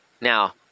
Now